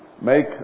make